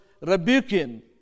rebuking